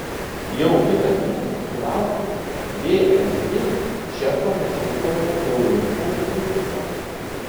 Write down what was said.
jau kitą dieną sulaukiau vsd šefo mečislovo laurinkaus vizito